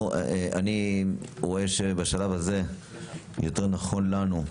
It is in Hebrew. אני רואה שבשלב הזה יותר נכון לנו,